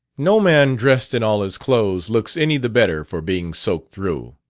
no man, dressed in all his clothes, looks any the better for being soaked through.